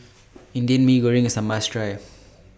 Indian Mee Goreng IS A must Try